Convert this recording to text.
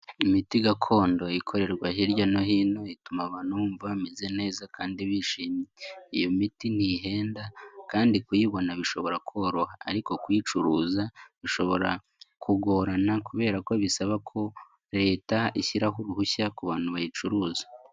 Imiti gakondo ikorerwa hirya no hino ituma abantu bumva bameze neza kandi bishimye. Iyo miti ntihenda kandi kuyibona bishobora koroha ariko kuyicuruza bishobora kugorana kubera ko bisaba ko Leta ishyiraho uruhushya ku bantu bayicuruza.